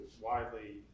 widely